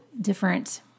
different